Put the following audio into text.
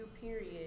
period